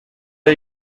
are